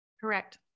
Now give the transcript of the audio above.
Correct